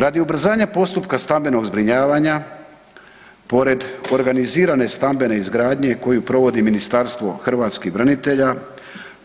Radi ubrzanja postupka stambenog zbrinjavanja, pored organizirane stambene izgradnje koju provodi Ministarstvo hrvatskih branitelja,